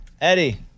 Eddie